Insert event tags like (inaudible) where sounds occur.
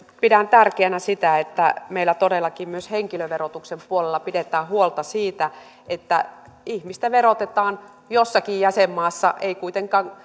pidän tärkeänä sitä että meillä todellakin myös henkilöverotuksen puolella pidetään huolta siitä että ihmistä verotetaan jossakin jäsenmaassa ei kuitenkaan (unintelligible)